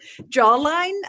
Jawline